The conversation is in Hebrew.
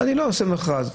אני לא עושה מכרז.